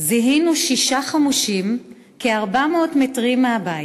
זיהינו שישה חמושים כ-400 מטרים מהבית.